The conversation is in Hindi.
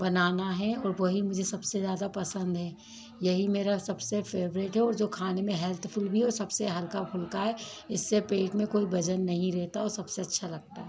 बनाना है और वही मुझे सबसे ज़्यादा पसंद है यही मेरा सबसे फेवरेट है और जो खाने में हेल्थफूल भी है और सबसे हल्का फुल्का है इससे पेट में कोई वजन नहीं रहता और सबसे अच्छा लगता है